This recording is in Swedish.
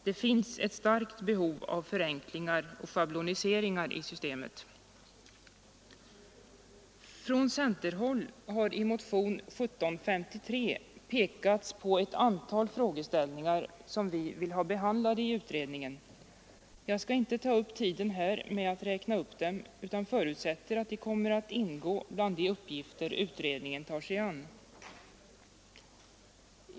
Det finns ett starkt behov av förenklingar och schabloniseringar i systemet, Från centerhåll har i motionen 1753 pekats på ett antal frågeställningar som vi vill ha behandlade i utredningen. Jag skall inte ta upp tiden här med att räkna upp dem utan förutsätter att de kommer att ingå bland de uppgifter utredningen tar sig an.